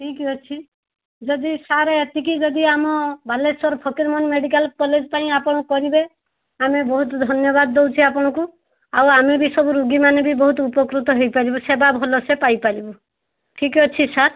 ଠିକ୍ଅଛି ଯଦି ସାର୍ ଏତିକି ଯଦି ଆମ ବାଲେଶ୍ୱର ଫକୀର ମୋହନ ମେଡ଼ିକାଲ୍ କଲେଜ୍ ପାଇଁ ଆପଣ କରିବେ ଆମେ ବହୁତ ଧନ୍ୟବାଦ ଦେଉଛି ଆପଣଙ୍କୁ ଆଉ ଆମେ ବି ସବୁ ରୋଗୀମାନେ ବି ବହୁତ ଉପକୃତ ହେଇପାରିବୁ ସେବା ଭଲ ସେ ପାଇପାରିବୁ ଠିକ୍ଅଛି ସାର୍